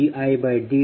175107